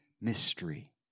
mystery